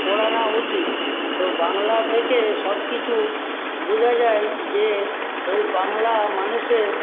পড়ানো উচিত তো বাংলা থেকে সবকিছু বোঝা যায় যে এই বাংলা মানুষের